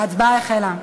ההצבעה החלה.